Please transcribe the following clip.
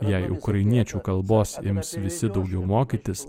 jei ukrainiečių kalbos ims visi daugiau mokytis